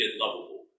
lovable